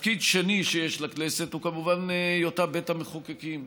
תפקיד שני שיש לכנסת הוא כמובן היותה בית המחוקקים.